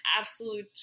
absolute